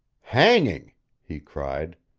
hanging he cried.